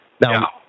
Now